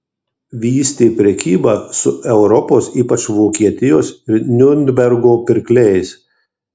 vystė prekybą su europos ypač vokietijos ir niurnbergo pirkliais